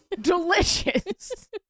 delicious